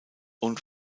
und